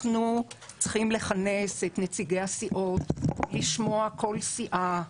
אנחנו צריכים לכנס את נציגי הסיעות לשמוע כל סיעה,